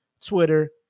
Twitter